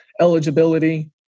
eligibility